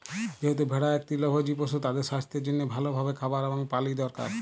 যেহেতু ভেড়া ইক তৃলভজী পশু, তাদের সাস্থের জনহে ভাল ভাবে খাবার এবং পালি দরকার